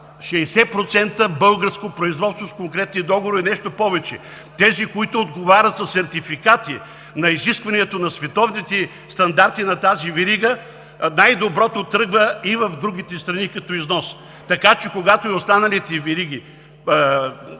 60% българско производство с конкретни договори. Нещо повече, от тези, които отговарят със сертификати на изискванията на световните стандарти на тази верига, най-доброто тръгва и в другите страни като износ. Така че, когато и останалите вериги